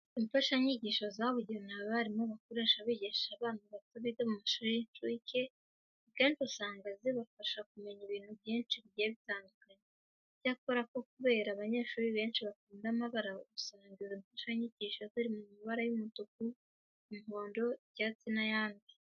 Imfashanyigisho zabugenewe abarimu bakoresha bigisha abana bato biga mu mashuri y'incuke, akenshi usanga zibafasha kumenya ibintu byinshi bigiye bitandukanye. Icyakora kubera ko abana benshi bakunda amabara usanga izi mfashanyigisho ziri mu mabara y'umutuku, umuhondo, icyatsi n'ayandi.